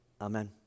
Amen